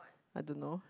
I don't know